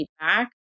feedback